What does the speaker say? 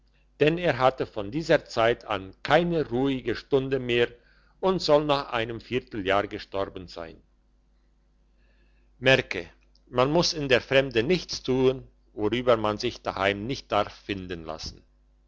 denn er hatte von dieser zeit an keine ruhige stunde mehr und soll nach einem vierteljahr gestorben sein merke man muss in der fremde nichts tun worüber man sich daheim nicht darf finden lassen